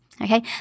okay